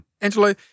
Angelo